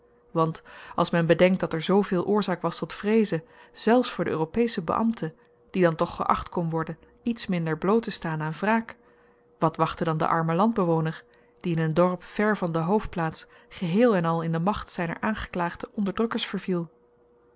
want als men bedenkt dat er zooveel oorzaak was tot vreeze zelfs voor den europeschen beambte die dan toch geacht kon worden iets minder bloottestaan aan wraak wat wachtte dan den armen landbewoner die in een dorp ver van de hoofdplaats geheel-en-al in de macht zyner aangeklaagde onderdrukkers verviel